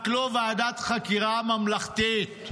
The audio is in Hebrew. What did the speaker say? רק לא ועדת חקירה ממלכתית